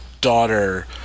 daughter